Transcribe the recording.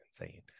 insane